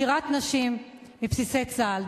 שירת נשים בבסיסי צה"ל,